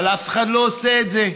אבל אף אחד לא עושה את זה.